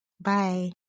Bye